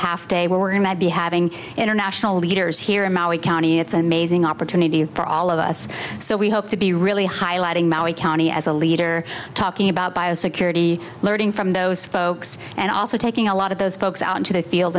half day we're going to be having international leaders here in maui county it's an amazing opportunity for all of us so we hope to be really highlighting maui county as a leader talking about bio security learning from those folks and also taking a lot of those folks out into the field